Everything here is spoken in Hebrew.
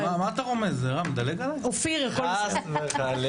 ורק הבוקר ראינו עוד